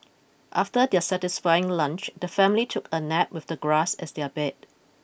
after their satisfying lunch the family took a nap with the grass as their bed